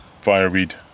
fireweed